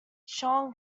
sean